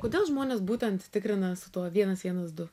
kodėl žmonės būtent tikrina su tuo vienas vienas du